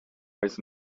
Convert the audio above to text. wise